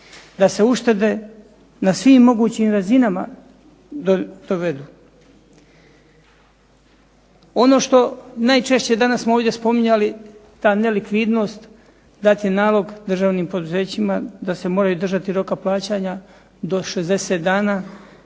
da se uštede na svim mogućim razinama dovedu. Ono što najčešće smo danas ovdje spominjali ta nelikvidnost, dati nalog državnim poduzećima da se moraju držati roka plaćanja do 60 dana